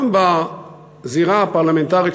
גם בזירה הפרלמנטרית,